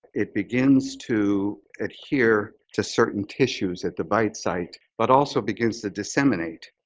it begins to adhere to certain tissues at the bite site but also begins to disseminate.